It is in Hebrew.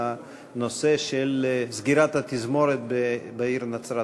בנושא של סגירת התזמורת בעיר נצרת-עילית.